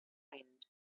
mind